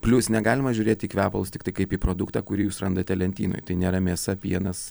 plius negalima žiūrėti į kvepalus tiktai kaip į produktą kurį jūs randate lentynoj tai nėra mėsa pienas